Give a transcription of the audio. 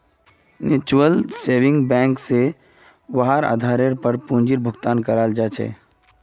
mutual saving bank स वहार आधारेर पर पूंजीर भुगतान कराल जा छेक